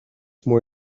more